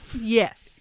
Yes